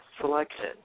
selection